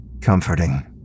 comforting